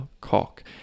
cock